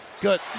Good